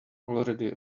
already